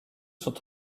sont